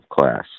class